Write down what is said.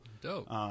Dope